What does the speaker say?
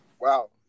Wow